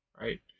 right